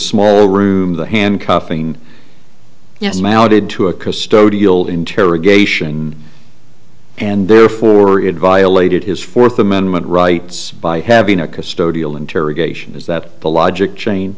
small room the handcuffing yes mounted to a custodial interrogation and therefore it violated his fourth amendment rights by having a custodial interrogation is that the logic chain